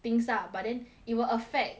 things lah but then it will affect